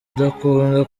udakunda